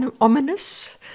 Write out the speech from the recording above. ominous